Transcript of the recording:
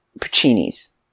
Puccini's